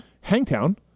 hangtown